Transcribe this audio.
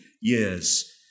years